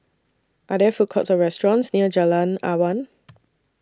Are There Food Courts Or restaurants near Jalan Awan